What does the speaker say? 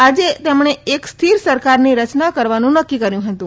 આથી તેમણે એક સ્થિર સરકારની રચના કરવાનું નકકી કર્યુ હતું